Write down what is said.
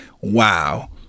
wow